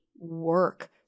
work